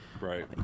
Right